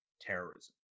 terrorism